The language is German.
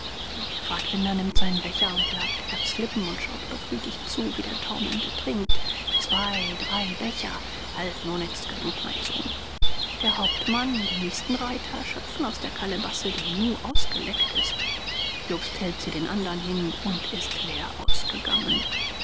der pfadfinder nimmt seinen becher und labt erbs lippen und schaut befriedigt zu wie der taumelnde trinkt zwei drei becher halt nun ist's genug mein sohn der hauptmann die nächsten reiter schöpfen aus der kalebasse die im nu ausgeleckt ist jobst hält sie den anderen hin und ist leer ausgegangen